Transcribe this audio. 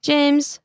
James